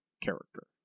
character